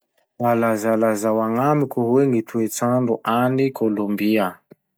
Mba lazalazao agnamiko hoe gny toetsandro agny Kolombia?